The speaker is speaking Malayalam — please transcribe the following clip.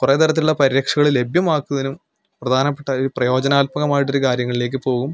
കുറേ തരത്തിലുള്ള പരിരക്ഷകൾ ലഭ്യമാക്കുന്നതിനും പ്രധാനപ്പെട്ട ഒരു പ്രയോജനാൽമകമായിട്ട് ഒരു കാര്യങ്ങളിലേക്ക് പോകും